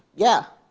yeah,